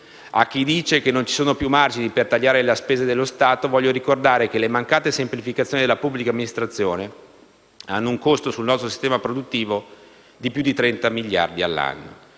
A chi dice che non ci sono più margini per tagliare le spese dello Stato, voglio ricordare che le mancate semplificazioni della pubblica amministrazione hanno un costo sul nostro sistema produttivo di più di 30 miliardi ogni anno.